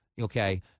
Okay